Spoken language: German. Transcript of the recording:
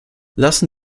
lassen